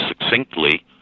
succinctly